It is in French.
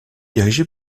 dirigée